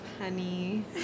honey